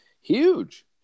Huge